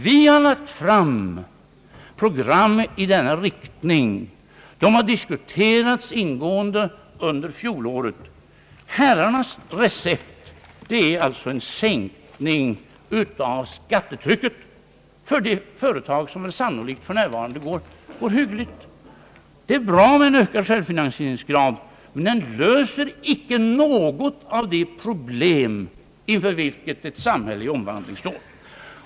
Vi har lagt fram program i denna riktning. De har diskuterats ingående under fjolåret. Herrarnas recept är alltså en sänkning av skattetrycket för de företag som sannolikt för närvarande går hyggligt. Det är bra med en ökad självfinansieringsgrad, men den löser icke något av de problem inför vilka ett samhälle i omvandling står.